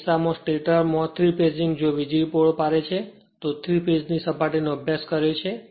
આ કિસ્સામાં સ્ટેટર માં 3 ફેઝિંગ જો વીજળી પૂરો પાડે છે તો 3 ફેજ ની સપાટીનો અભ્યાસ કર્યો છે